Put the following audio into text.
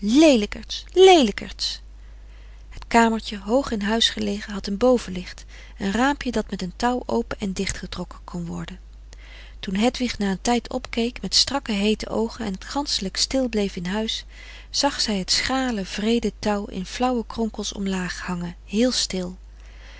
leelijkerts leelijkerts het kamertje hoog in huis gelegen had een bovenlicht een raampje dat met een touw open en dicht getrokken kon worden toen hedwig na een tijd opkeek met strakke heete oogen en het ganschelijk stil bleef in huis zag zij het schrale wreede touw in flauwe kronkels omlaag hangen heel stil